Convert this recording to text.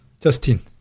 Justin